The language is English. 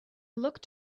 looked